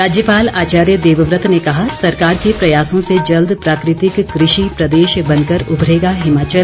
राज्यपाल आचार्य देवव्रत ने कहा सरकार के प्रयासों से जल्द प्राकृतिक कृषि प्रदेश बनकर उभरेगा हिमाचल